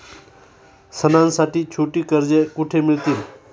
सणांसाठी छोटी कर्जे कुठे मिळतील?